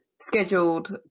scheduled